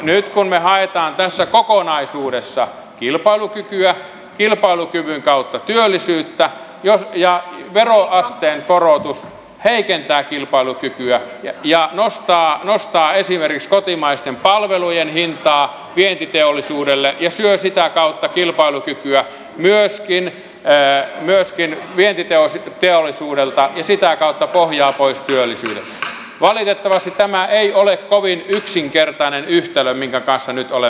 nyt kun me haemme tässä kokonaisuudessa kilpailukykyä kilpailukyvyn kautta työllisyyttä ja kun veroasteen korotus heikentää kilpailukykyä ja nostaa esimerkiksi kotimaisten palvelujen hintaa koskien vientiteollisuutta ja syö sitä kautta kilpailukykyä myöskin vientiteollisuudelta ja sitä kautta vie pohjaa pois työllisyydeltä niin valitettavasti tämä ei ole kovin yksinkertainen yhtälö minkä kanssa nyt olemme tekemisissä